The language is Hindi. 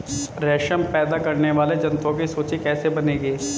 रेशम पैदा करने वाले जंतुओं की सूची कैसे बनेगी?